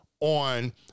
on